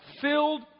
filled